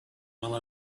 while